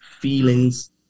feelings